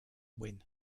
win